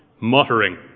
Muttering